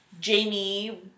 Jamie